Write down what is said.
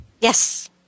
Yes